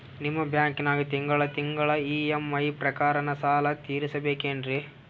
ನಿಮ್ಮ ಬ್ಯಾಂಕನಾಗ ತಿಂಗಳ ತಿಂಗಳ ಇ.ಎಂ.ಐ ಪ್ರಕಾರನ ಸಾಲ ತೀರಿಸಬೇಕೆನ್ರೀ?